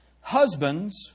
Husbands